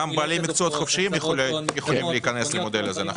גם בעלי מקצועות חופשיים יכולים להיכנס למודל הזה,